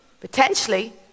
Potentially